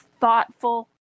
thoughtful